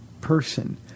person